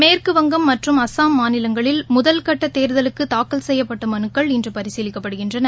மேற்குவங்கம் மற்றும் அஸ்ஸாம் மாநிலங்களில் முதல் கட்ட தேர்தலுக்கு தாக்கல் செய்யப்பட்ட மனுக்கள் இன்று பரிசீலிக்கப்படுகின்றன